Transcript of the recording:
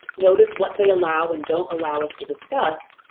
notice what they allow and don't allow us to discuss,